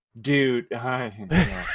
Dude